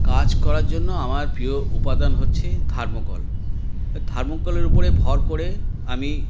কাজ করার জন্য আমার প্রিয় উপাদান হচ্ছে থার্মোকল থার্মোকলের ওপরে ভর করে আমি